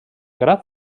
gra